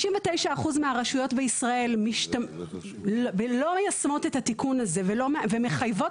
99% מהרשויות בישראל לא מיישמות את התיקון הזה ומחייבות